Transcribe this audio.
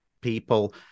people